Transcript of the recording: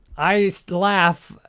i so laugh,